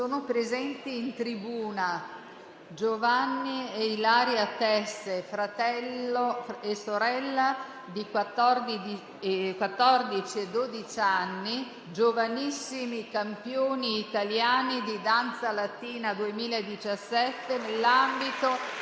Sono presenti in tribuna Giovanni e Ilaria Tesse, fratello e sorella, di quattordici e dodici anni, giovanissimi campioni italiani di danze latine 2017 nell'ambito